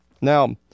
Now